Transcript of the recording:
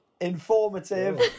Informative